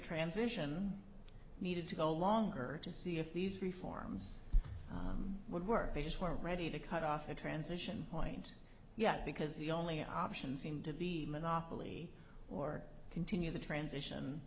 transition needed to go longer to see if these reforms would work they just weren't ready to cut off a transition point yet because the only option seemed to be monopoly or continue the transition